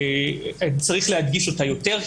וצריך להדגיש אותה יותר,